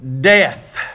death